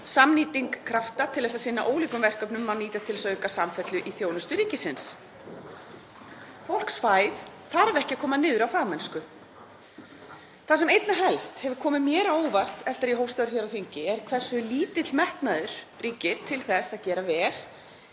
samnýting krafta til þess að sinna ólíkum verkefnum má nýta til þess að auka samfellu í þjónustu ríkisins. Fólksfæð þarf ekki að koma niður á fagmennsku. Það sem einna helst hefur komið mér á óvart eftir að ég hóf störf hér á þingi er hversu lítill metnaður ríkir til þess að gera vel,